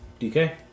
DK